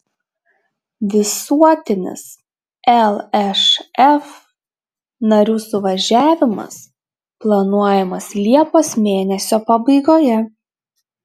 visuotinis lšf narių suvažiavimas planuojamas liepos mėnesio pabaigoje